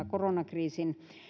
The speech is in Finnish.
koronakriisin